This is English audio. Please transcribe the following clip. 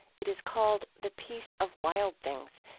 it is called the peace of wild things,